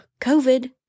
COVID